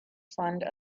fund